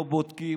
לא בודקים,